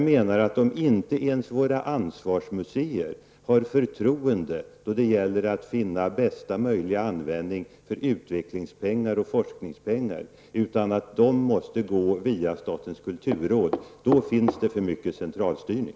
Om inte ens vår ansvarsmuseer åtnjuter förtroende när det gäller att finna bästa möjliga användning för utvecklingspengar och forskningspengar utan måste gå via statens kulturråd då finns det för mycket centralstyrning.